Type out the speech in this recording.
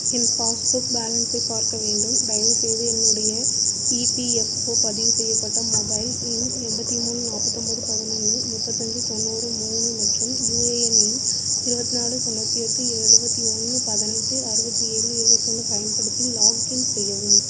என் passbook பேலன்ஸை பார்க்க வேண்டும் தயவுசெய்து என்னுடைய இபிஎஃஓ பதிவு செய்யப்பட்ட மொபைல் எண் எண்பத்தி மூணு நாற்பத்தி ஒம்போது பதினொன்று முப்பத்தஞ்சு தொண்ணூறு மூணு மற்றும் யுஏஎன் எண் இருபத்தி நாலு தொண்ணூற்றி எட்டு எழுபத்தி ஒன்று பதினெட்டு அறுபத்தி ஏழு இருபத்தி ஒன்று பயன்படுத்தி லாக்இன் செய்யவும்